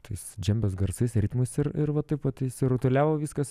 tais džembes garsais ritmais ir ir va taip vat įsirutuliavo viskas